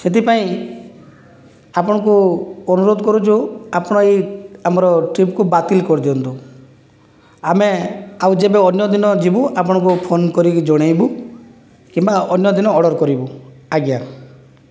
ସେଥି ପାଇଁ ଆପଣଙ୍କୁ ଅନୁରୋଧ କରୁଛୁ ଆପଣ ଏଇ ଆମର ଟ୍ରିପ୍କୁ ବାତିଲ କରିଦିଅନ୍ତୁ ଆମେ ଆଉ ଯେବେ ଅନ୍ୟଦିନ ଯିବୁ ଆପଣଙ୍କୁ ଫୋନ କରିକି ଜଣାଇବୁ କିମ୍ବା ଅନ୍ୟ ଦିନ ଅର୍ଡ଼ର କରିବୁ ଆଜ୍ଞା